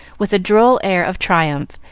with a droll air of triumph,